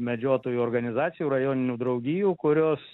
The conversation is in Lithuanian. medžiotojų organizacijų rajoninių draugijų kurios